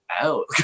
out